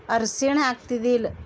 ಅರ್ಸಿಣ ಹಾಕ್ತಿದಿಲ್ಲ